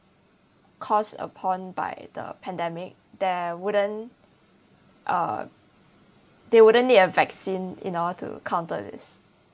cause upon by the pandemic there wouldn't uh they wouldn't need a vaccine in order to counter this